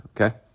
Okay